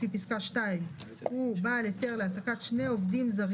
(2) הוא בעל שני היתרים להעסקת עובד זר